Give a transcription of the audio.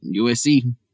USC